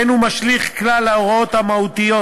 אין הוא משליך כלל על ההוראות המהותיות